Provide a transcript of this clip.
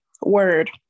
Word